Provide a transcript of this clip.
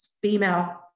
female